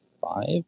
five